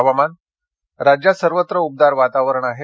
हवामान राज्यात सर्वत्र उबदार वातावरण आहे